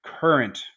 current